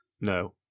No